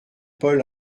paul